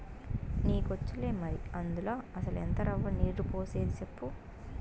నీకొచ్చులే మరి, అందుల అసల ఎంత రవ్వ, నీరు పోసేది సెప్పు